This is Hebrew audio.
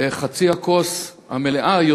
חצי הכוס המלאה,